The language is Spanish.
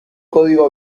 código